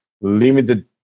limited